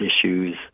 issues